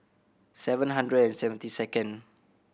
seven hundred and seventy second